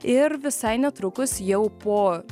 ir visai netrukus jau po